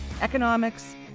economics